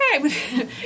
okay